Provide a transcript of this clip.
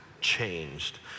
changed